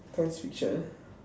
science fiction